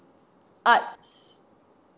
arts